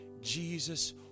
Jesus